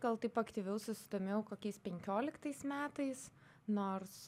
gal taip aktyviau susidomėjau kokiais penkioliktais metais nors